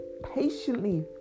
patiently